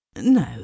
No